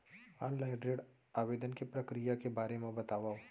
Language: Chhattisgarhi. ऑनलाइन ऋण आवेदन के प्रक्रिया के बारे म बतावव?